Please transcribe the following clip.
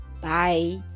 bye